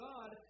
God